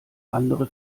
andere